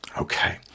okay